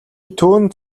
түүнд